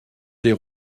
des